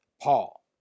Paul